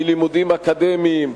מלימודים אקדמיים,